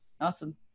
awesome